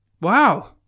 Wow